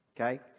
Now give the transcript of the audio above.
Okay